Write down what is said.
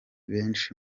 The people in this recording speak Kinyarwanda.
benshi